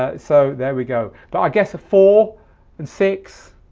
ah so there we go, but i guess a four and six,